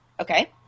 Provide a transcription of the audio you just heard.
Okay